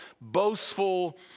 boastful